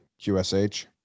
QSH